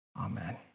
Amen